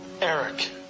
eric